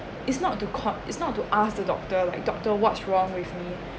it's not to court it's not to ask the doctor like doctor what's wrong with me